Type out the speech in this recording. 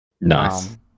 Nice